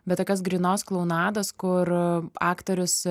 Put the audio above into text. bet tokios grynos klounados kur aktorius